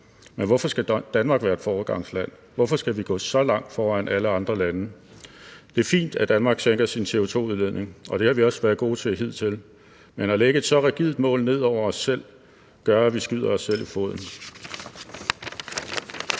Men hvorfor skal Danmark være et foregangsland? Hvorfor skal vi gå så langt foran alle andre lande? Det er fint, at Danmark sænker sin CO₂-udledning, og det har vi også været gode til hidtil, men at lægge et så rigidt mål ned over os selv gør, at vi skyder os selv i foden.